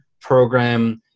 program